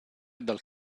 dal